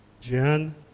Jen